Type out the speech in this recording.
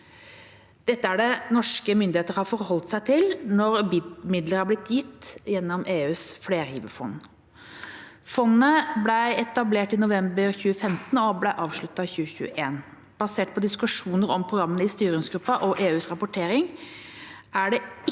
Dette er det norske myndigheter har forholdt seg til når midler har blitt gitt gjennom EUs flergiverfond. Fondet ble etablert i november 2015 og avsluttet i 2021. Basert på diskusjoner om programmene i styringsgruppen og EUs rapportering er det ikke